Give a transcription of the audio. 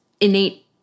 innate